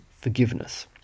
forgiveness